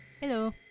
Hello